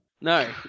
no